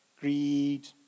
greed